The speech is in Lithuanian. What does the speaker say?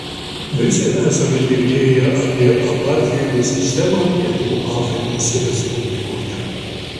visi esame girdėję apie apartheido sistemą pietų afrikos respublikoje